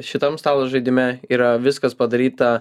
šitam stalo žaidime yra viskas padaryta